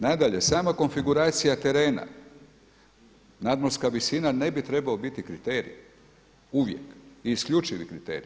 Nadalje, sama konfiguracija terena, nadmorska visina ne bi trebao biti kriterij uvijek i isključivi kriterij.